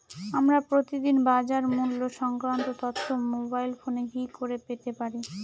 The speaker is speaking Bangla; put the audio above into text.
আমরা প্রতিদিন বাজার মূল্য সংক্রান্ত তথ্য মোবাইল ফোনে কি করে পেতে পারি?